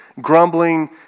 Grumbling